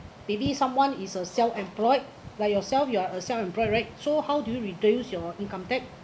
maybe someone is a self-employed like yourself you are a self-employed right so how do you reduce your income tax